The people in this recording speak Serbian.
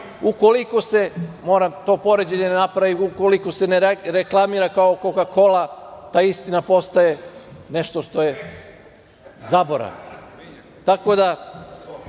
ukoliko se, moram to poređenje da napravim, ukoliko se ne reklamira kao Koka-kola, ta istina postaje nešto što je zaborav. Tako